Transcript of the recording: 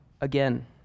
again